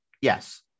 yes